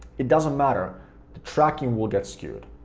it doesn't matter, the tracking will get skewed.